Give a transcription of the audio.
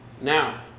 Now